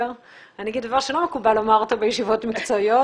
אני אגיד דבר שלא מקובל לומר אותו בישיבות מקצועיות,